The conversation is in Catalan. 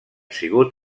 sigut